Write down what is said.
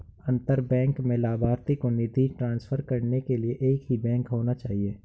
अंतर बैंक में लभार्थी को निधि ट्रांसफर करने के लिए एक ही बैंक होना चाहिए